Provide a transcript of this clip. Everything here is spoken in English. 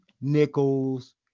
nickels